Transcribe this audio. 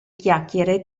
chiacchiere